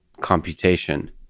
computation